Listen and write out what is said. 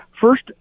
First